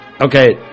Okay